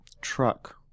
Truck